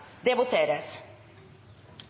Det voteres